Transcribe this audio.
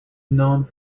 known